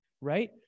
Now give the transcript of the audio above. right